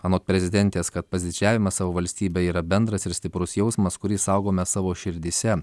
anot prezidentės kad pasididžiavimas savo valstybe yra bendras ir stiprus jausmas kurį saugome savo širdyse